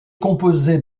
composée